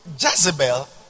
Jezebel